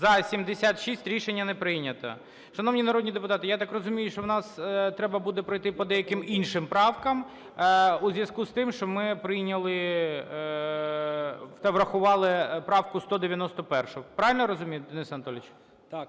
За-76 Рішення не прийнято. Шановні народні депутати, я так розумію, що в нас треба буде пройти по деяким іншим правкам у зв'язку з тим, що ми прийняли та врахували правку 191. Правильно я розумію, Денис Анатолійович?